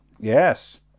Yes